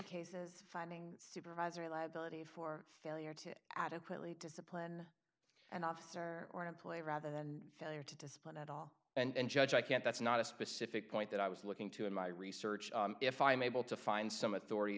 cases finding supervisory liability for failure to adequately discipline and officer or employee rather than failure to discipline at all and judge i can't that's not a specific point that i was looking to in my research if i'm able to find some authority